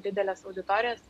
dideles auditorijas